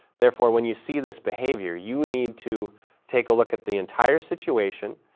therefore, when you see this behavior you need to take a look at the entire situation,